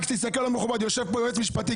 יושב כאן יועץ משפטי,